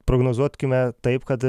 prognozuot kime taip kad